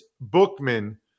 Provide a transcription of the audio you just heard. bookman